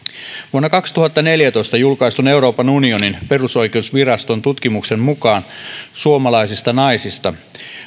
vuonna kaksituhattaneljätoista julkaistun euroopan unionin perusoikeusviraston tutkimuksen mukaan suomalaisista naisista